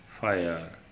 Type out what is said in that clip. fire